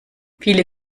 viele